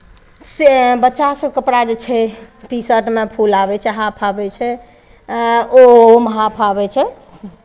से बच्चा सभके कपड़ा जे छै टी शर्टमे फुल आबै छै हॉफ आबै छै ओहूमे हॉफ आबै छै